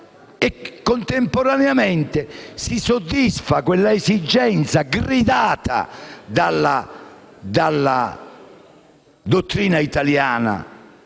e, contemporaneamente, si soddisfa quella esigenza gridata dalla dottrina italiana,